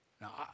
Now